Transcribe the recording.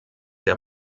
der